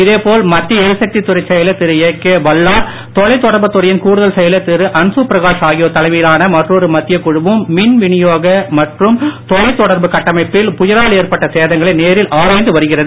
இதேபோல மத்திய எரிசக்தி துறைச் செயலர் திரு ஏகே பல்லா தொலை தொடர்புத் துறையின் கூடுதல் செயலர் திரு அன்சு பிரகாஷ் ஆகியோர் தலைமையிலான மற்றொரு மத்தியக் குழுவும் மின் விநியோக மற்றும் தொலை தொடர்பு கட்டமைப்பில் புயலால் ஏற்பட்ட சேதங்களை நேரில் ஆராய்ந்து வருகிறது